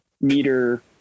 meter